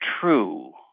true